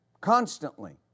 constantly